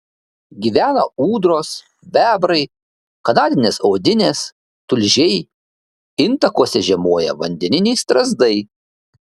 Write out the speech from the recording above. gyvena ūdros bebrai kanadinės audinės tulžiai intakuose žiemoja vandeniniai strazdai